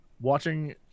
watching